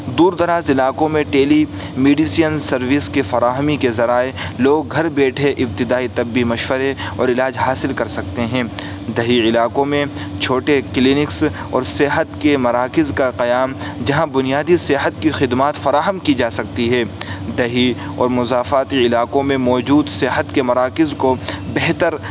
دور دراز علاقوں میں ٹیلی میڈیسین سروس کے فراہمی کے ذرائع لوگ گھر بیٹھے ابتدائی طبی مشورے اور علاج حاصل کر سکتے ہیں دیہی علاقوں میں چھوٹے کلینکس اور صحت کے مراکز کا قیام جہاں بنیادی صحت کی خدمات فراہم کی جا سکتی ہے دیہی اور مضافاتی علاقوں میں موجود صحت کے مراکز کو بہتر